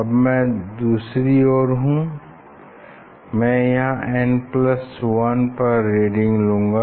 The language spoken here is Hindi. अब मैं दूसरी ओर हूँ मैं यहाँ n1 पर रीडिंग लूंगा